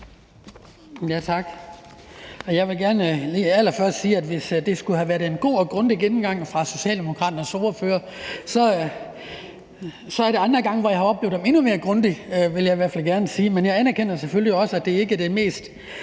Tak. Jeg vil gerne lige allerførst sige, at hvis det skulle være en god og grundig gennemgang af Socialdemokraternes ordfører, er der andre gange, hvor jeg i hvert fald har oplevet den endnu mere grundig, vil jeg gerne sige. Men jeg anerkender selvfølgelig også, at det ikke er det mest